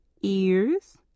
ears